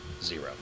Zero